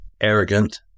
arrogant